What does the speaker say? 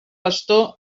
pastor